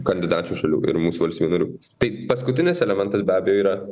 kandidačių šalių ir mūsų valstybių narių tai paskutinis elementas be abejo yra